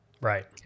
Right